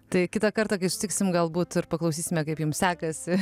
tai kitą kartą kai susitiksim galbūt ir paklausysime kaip jum sekasi